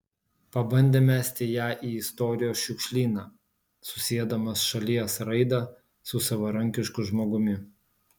pabandė mesti ją į istorijos šiukšlyną susiedamas šalies raidą su savarankišku žmogumi